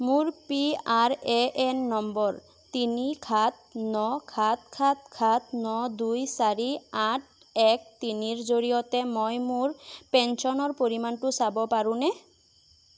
মোৰ P R A N number তিনি সাত ন সাত সাত সাত ন দুই চাৰি আঠ এক তিনিৰ জৰিয়তে মই মোৰ পেঞ্চনৰ পৰিমাণটো চাব পাৰোনে